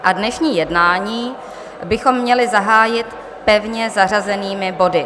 A dnešní jednání bychom měli zahájit pevně zařazenými body.